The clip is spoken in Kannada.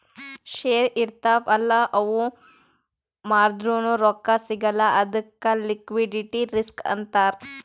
ಶೇರ್ ಇರ್ತಾವ್ ಅಲ್ಲ ಅವು ಮಾರ್ದುರ್ನು ರೊಕ್ಕಾ ಸಿಗಲ್ಲ ಅದ್ದುಕ್ ಲಿಕ್ವಿಡಿಟಿ ರಿಸ್ಕ್ ಅಂತಾರ್